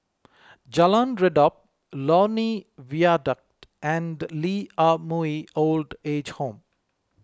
Jalan Redop Lornie Viaduct and Lee Ah Mooi Old Age Home